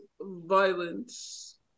violence